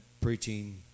preaching